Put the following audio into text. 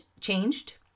changed